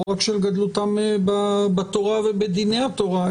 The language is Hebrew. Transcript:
לא של גדלותם בתורה ובדיני התורה,